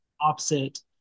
opposite